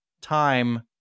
Time